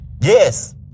Yes